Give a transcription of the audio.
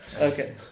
Okay